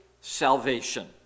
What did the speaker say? salvation